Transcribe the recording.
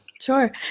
Sure